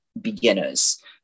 beginners